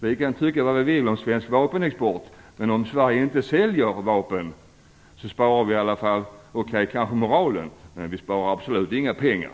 Vi kan tycka vad vi vill om svensk vapenexport, men om Sverige inte säljer vapen kanske vi - okej - bevarar moralen, men vi sparar absolut inga pengar.